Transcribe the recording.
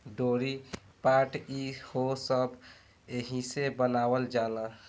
डोरी, पाट ई हो सब एहिसे बनावल जाला